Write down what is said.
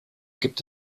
gibt